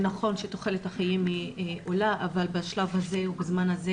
נכון שתוחלת החיים עולה אבל בשלב הזה ובזמן הזה